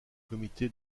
comité